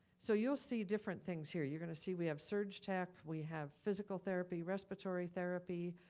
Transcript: so you'll see different things here. you're gonna see we have surg tech, we have physical therapy, respiratory therapy,